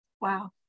Wow